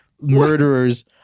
murderers